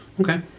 Okay